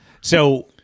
So-